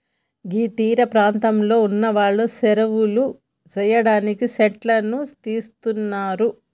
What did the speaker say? గీ తీరపాంతంలో ఉన్నవాళ్లు సెరువులు సెయ్యడానికి సెట్లను తీస్తున్నరు